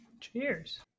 Cheers